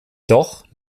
doch